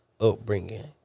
upbringing